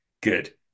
Good